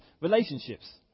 relationships